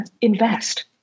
invest